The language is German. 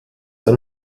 der